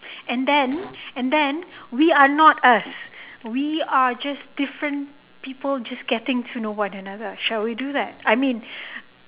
and then and then we are not us we are just different people just getting to know one another shall we do that I mean